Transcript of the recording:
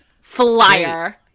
Flyer